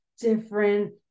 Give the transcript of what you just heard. different